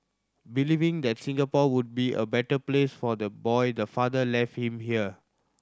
believing that Singapore would be a better place for the boy the father left him here